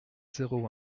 zéro